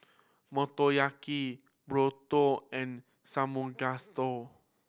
Motoyaki Burrito and Samgeyopsal